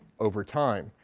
over time.